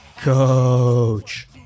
coach